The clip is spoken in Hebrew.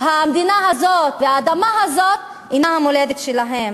המדינה הזאת והאדמה הזאת אינה המולדת שלהם.